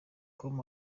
com